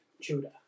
Judah